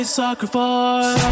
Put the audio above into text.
sacrifice